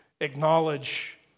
acknowledge